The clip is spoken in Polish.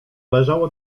leżało